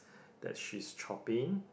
that she's chopping